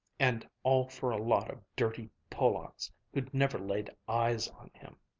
and all for a lot of dirty polacks who'd never laid eyes on him!